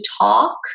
talk